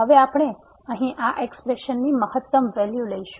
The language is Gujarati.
હવે આપણે અહીં આ એક્સ્પ્રેશન ની મહત્તમ વેલ્યુ લઈશું